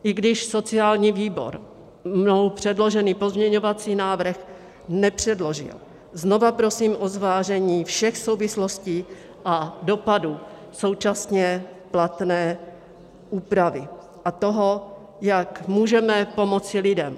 I když sociální výbor mnou předložený pozměňovací návrh nepředložil, znova prosím o zvážení všech souvislostí a dopadů současně platné úpravy a toho, jak můžeme pomoci lidem.